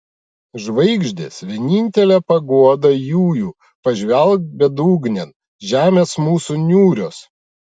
žvaigždės vienintele paguoda jųjų pažvelk bedugnėn žemės mūsų niūrios